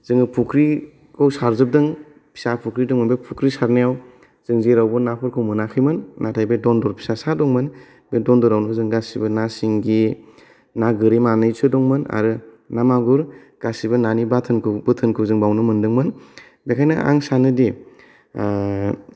जोङो फुख्रिखौ सारजोबदों फिसा फुख्रि दंमोन बे फुख्रि सारनायाव जों जेरावबो नाफोरखौ मोनाखैमोन नाथाय बे दन्दर फिसासा दंमोन बे दन्दरावनो जों गासैबो ना सिंगि ना गोरि मानैसो दंमोन आरो ना मागुर गासैबो नानि बाथोनखौ बोथोनखौ जों बावनो मोन्दोंमोन बेखायनो आं सानो दि